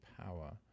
power